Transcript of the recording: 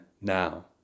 now